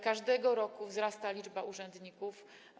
Każdego roku wzrasta liczba urzędników.